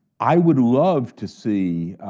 i would love to see